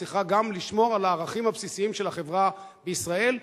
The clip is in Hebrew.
הוא צריך גם לשמור על הערכים הבסיסיים של החברה בישראל,